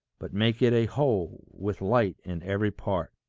but make it a whole, with light in every part.